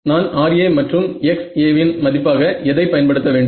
நான் Ra மற்றும் Xa வின் மதிப்பாக எதைப் பயன்படுத்த வேண்டும்